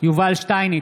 יובל שטייניץ,